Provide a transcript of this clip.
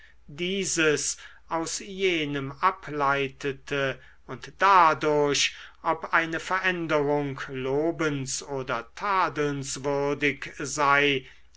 dieses aus jenem ableitete und dadurch ob eine veränderung lobens oder tadelnswürdig sei